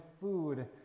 food